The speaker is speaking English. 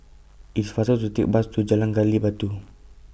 IT IS faster to Take The Bus to Jalan Gali Batu